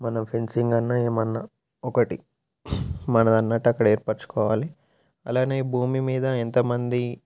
మనం ఫెన్సింగ్ అన్నా ఏమన్నా ఒకటి మనది అన్నట్టు అక్కడ ఏర్పరచుకోవాలి అలానే భూమి మీద ఎంతమంది